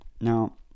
now